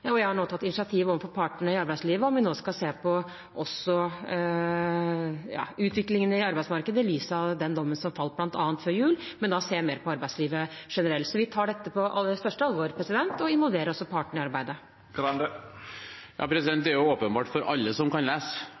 og jeg har tatt initiativ overfor partene i arbeidslivet til om vi nå også skal se på utviklingen i arbeidsmarkedet i lys av bl.a. den dommen som falt før jul, men da se mer på arbeidslivet generelt. Vi tar dette på største alvor, og vi involverer også partene i arbeidet. Det er åpenbart for alle som kan lese,